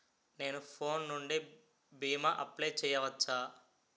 నేను ఫోన్ నుండి భీమా అప్లయ్ చేయవచ్చా?